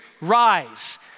Rise